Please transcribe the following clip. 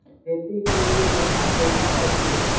खेती के लिए जन धन योजना कैसी है?